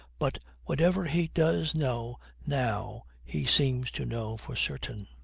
but whatever he does know now he seems to know for certain.